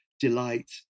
delight